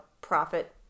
profit